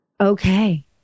Okay